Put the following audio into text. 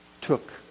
took